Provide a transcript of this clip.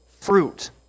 fruit